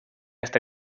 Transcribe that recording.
este